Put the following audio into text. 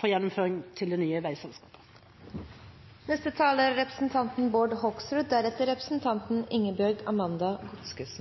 for gjennomføringen i det nye veiselskapet.